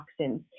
toxins